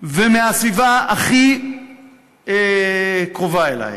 ומהסביבה הכי קרובה אלי,